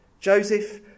Joseph